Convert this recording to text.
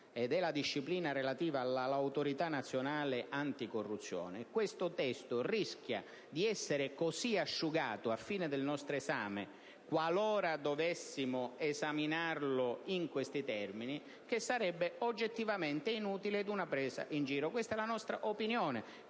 e della disciplina relativa all'Autorità nazionale anticorruzione, questo testo rischia di essere così asciugato alla fine del nostro esame, qualora dovessimo esaminarlo in questi termini, che sarebbe oggettivamente inutile e rappresenterebbe una presa in giro. Questa è la nostra opinione;